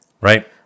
Right